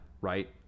Right